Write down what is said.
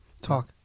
Talk